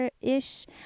ish